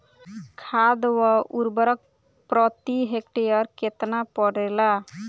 खाद व उर्वरक प्रति हेक्टेयर केतना परेला?